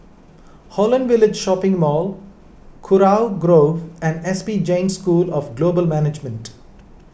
Holland Village Shopping Mall Kurau Grove and S P Jain School of Global Management